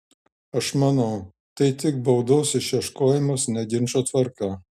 aš manau tai tik baudos išieškojimas ne ginčo tvarka